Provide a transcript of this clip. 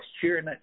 cheering